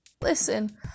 Listen